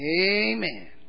Amen